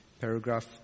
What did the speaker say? Paragraph